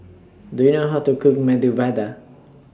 Do YOU know How to Cook Medu Vada